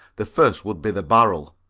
the first would be the barrel.